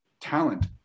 talent